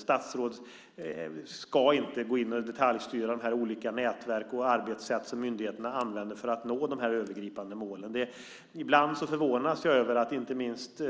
Statsråd ska inte gå in och detaljstyra de olika nätverk och arbetssätt som myndigheterna använder för att nå de övergripande målen. Ibland förvånas jag över att inte minst